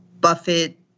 Buffett